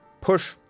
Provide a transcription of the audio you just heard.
push